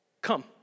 Come